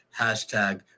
hashtag